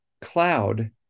cloud